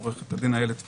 עו"ד איילת פילו,